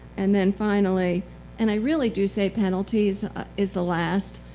and then finally and i really do say penalties is the last,